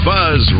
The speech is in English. Buzz